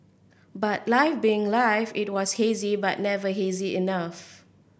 but life being life it was hazy but never hazy enough